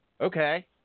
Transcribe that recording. Okay